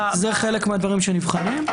זה חלק מהדברים שנבחנים,